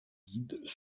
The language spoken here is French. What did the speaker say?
guides